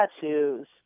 Tattoos